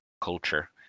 culture